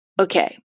Okay